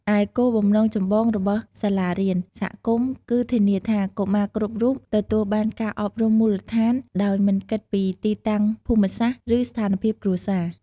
ឯគោលបំណងចម្បងរបស់សាលារៀនសហគមន៍គឺធានាថា កុមារគ្រប់រូបទទួលបានការអប់រំមូលដ្ឋាន ដោយមិនគិតពីទីតាំងភូមិសាស្ត្រ ឬស្ថានភាពគ្រួសារ។